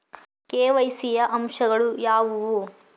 KYC ಯ ಅಂಶಗಳು ಯಾವುವು?